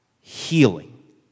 healing